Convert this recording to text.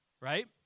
right